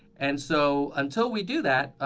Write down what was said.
and so until we do that,